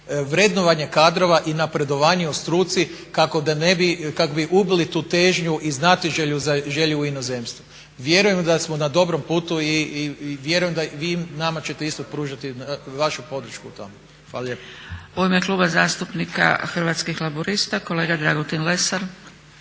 vrednovanja kadrova i napredovanja u struci kako bi ubili tu težnju i znatiželju za želje u inozemstvu. Vjerujem da smo na dobrom putu i vjerujem da vi nama ćete isto pružati vašu podršku u tome. Hvala lijepo.